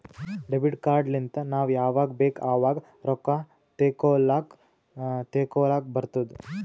debit card ಲಿಂತ್ ನಾವ್ ಯಾವಾಗ್ ಬೇಕ್ ಆವಾಗ್ ರೊಕ್ಕಾ ತೆಕ್ಕೋಲಾಕ್ ತೇಕೊಲಾಕ್ ಬರ್ತುದ್